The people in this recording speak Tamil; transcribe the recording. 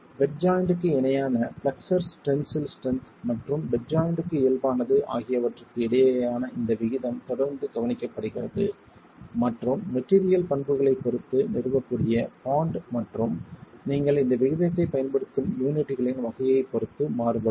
பெட் ஜாய்ண்ட்க்கு இணையான பிளெக்ஸ்ஸர் டென்சில் ஸ்ட்ரென்த் மற்றும் பெட் ஜாய்ண்ட்க்கு இயல்பானது ஆகியவற்றுக்கு இடையேயான இந்த விகிதம் தொடர்ந்து கவனிக்கப்படுகிறது மற்றும் மெட்டீரியல் பண்புகளைப் பொறுத்து நிறுவக்கூடிய பாண்ட் மற்றும் நீங்கள் இந்த விகிதத்தைப் பயன்படுத்தும் யூனிட்களின் வகையைப் பொறுத்து மாறுபடும்